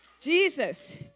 Jesus